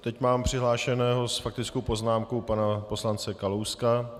Teď mám přihlášeného s faktickou poznámkou pana poslance Kalouska.